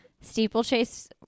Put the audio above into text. steeplechase